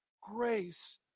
grace